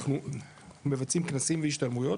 אנחנו מבצעים כנסים והשתלמויות,